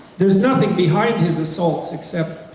there's nothing behind his assaults except